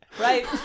right